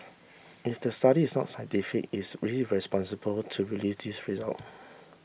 if the study is not scientific it is irresponsible to release these result